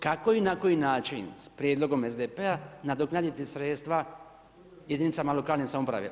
Kako i na koji način s prijedlogom SDP-a nadoknaditi sredstva jedinicama lokalne samouprave?